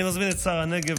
אני מזמין את שר הנגב,